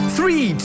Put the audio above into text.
Three